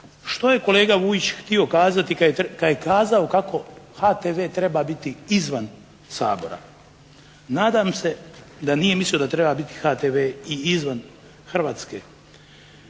što je kolega Vujić htio kazati kad je kazao kako HTV treba biti izvan Sabora. Nadam se da nije mislio da treba biti HTV i izvan Hrvatske.